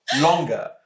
longer